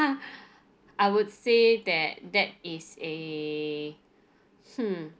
I would say that that is a hmm